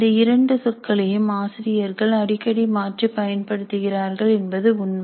இந்த இரண்டு சொற்களையும் ஆசிரியர்கள் அடிக்கடி மாற்றி பயன்படுத்துகிறார்கள் என்பது உண்மை